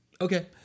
Okay